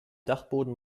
dachboden